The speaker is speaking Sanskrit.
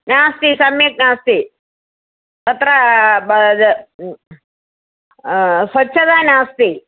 नास्ति सम्यक् नास्ति तत्र स्वच्छता नास्ति